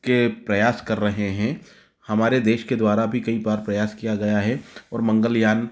के प्रयास कर रहे हैं हमारे देश के द्वारा भी कई बार प्रयास किया गया है और मंगल यान